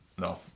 No